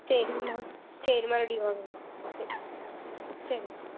சரிங்கம்மா சரி மறுபுடியும் வாங்கம்மா சரி சரிங்கம்மா